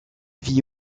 vit